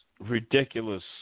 ridiculous